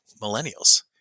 millennials